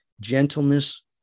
gentleness